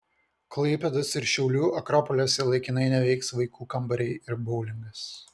klaipėdos ir šiaulių akropoliuose laikinai neveiks vaikų kambariai ir boulingas